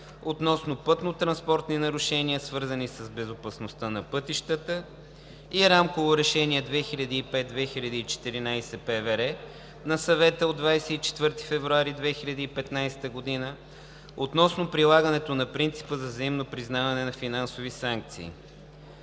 относно пътнотранспортни нарушения, свързани с безопасността по пътищата, и Рамково решение 2005/214/ПВР на Съвета от 24 февруари 2005 г. относно прилагането на принципа за взаимно признаване на финансови санкции.